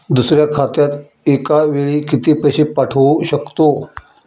दुसऱ्या खात्यात एका वेळी किती पैसे पाठवू शकतो?